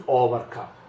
overcome